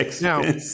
Now